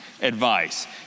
advice